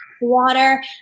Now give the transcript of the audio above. water